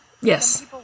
Yes